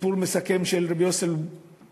סיפור מסכם של רבי יוסף בלוי,